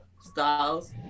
Styles